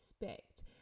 expect